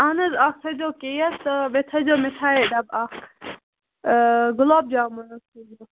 اہن حَظ اکھ تھٲے زیو کیک تہٕ بیٚیہِ تھٲے زیو مِٹھٲے ڈبہٕ اکھ آ گُلاب جامُن حَظ تھٲے زیو